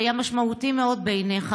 שהיה משמעותי מאוד בעיניך,